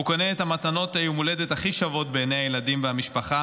הוא קונה את מתנות יום ההולדת הכי שוות בעיני הילדים והמשפחה.